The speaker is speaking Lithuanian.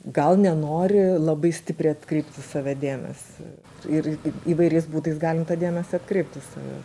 gal nenori labai stipriai atkreipt į save dėmesį ir į įvairiais būdais galim tą dėmesį atkreipt į save